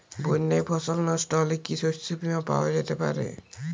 বন্যায় ফসল নস্ট হলে কি শস্য বীমা পাওয়া যেতে পারে?